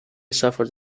suffered